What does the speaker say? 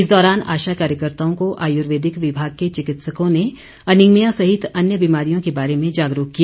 इस दौरान आशा कार्यकर्ताओं को आयुर्वेदिक विभाग के चिकित्सकों ने अनीमिया सहित अन्य बिमारियों के बारे में जागरूक किया